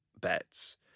bets